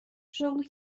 شغلی